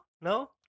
no